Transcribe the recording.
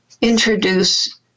introduce